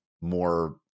more